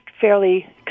fairly